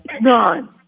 None